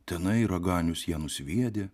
tenai raganius ją nusviedė